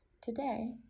Today